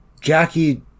jackie